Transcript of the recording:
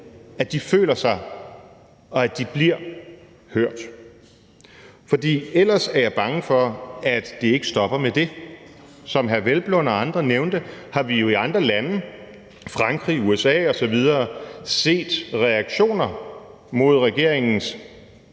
føler sig hørt og bliver hørt, for ellers er jeg bange for, at det ikke stopper med det. Som hr. Peder Hvelplund og andre nævnte, har vi jo i andre lande, Frankrig, USA osv., set reaktioner mod regeringens